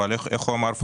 אבל איך הוא אמר,